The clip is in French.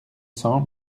cent